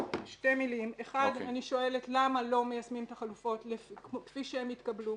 אני שואלת למה לא מיישמים את החלופות כפי שהן התקבלו